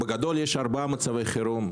בגדול יש ארבעה מצבי חירום,